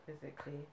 physically